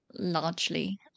largely